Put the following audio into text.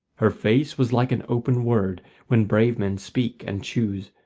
her face was like an open word when brave men speak and choose,